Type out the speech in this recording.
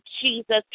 jesus